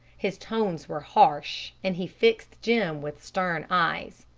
his tones were harsh, and he fixed jim with stern eyes.